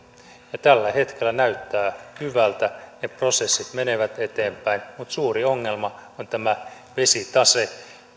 ja tällä hetkellä näyttää hyvältä ne prosessit menevät eteenpäin mutta suuri ongelma on tämä vesitase